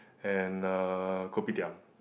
and uh Kopitiam